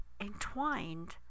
entwined